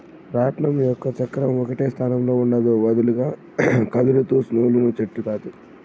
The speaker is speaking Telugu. రాట్నం యొక్క చక్రం ఒకటే స్థానంలో ఉండదు, వదులుగా కదులుతూ నూలును చుట్టుతాది